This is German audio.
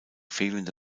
fehlende